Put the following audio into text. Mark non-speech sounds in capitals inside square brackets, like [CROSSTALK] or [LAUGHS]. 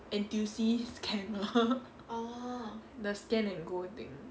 N_T_U_C scanner [LAUGHS] the scan and go thing